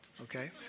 okay